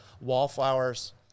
Wallflowers